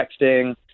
texting